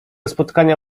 spotkania